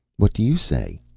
what do you say?